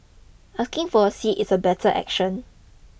asking for a seat is a better action